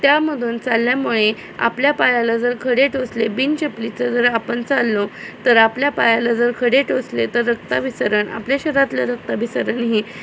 त्यामधून चालल्यामुळे आपल्या पायाला जर खडे टोचले बिनचपलीचं जर आपण चाललो तर आपल्या पायाला जर खडे टोचले तर रक्ताभिसरण आपल्या शहरातलं रक्ताभिसरण हे